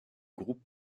groupe